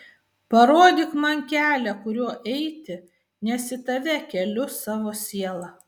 parodyk man kelią kuriuo eiti nes į tave keliu savo sielą